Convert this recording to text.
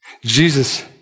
Jesus